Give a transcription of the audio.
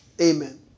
Amen